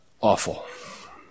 Awful